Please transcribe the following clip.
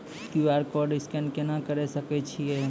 QR code scan केना करै सकय छियै?